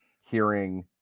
hearing